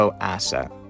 asset